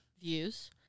views